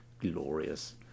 glorious